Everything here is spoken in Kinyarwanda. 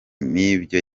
n’ibyo